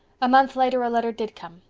a month later a letter did come.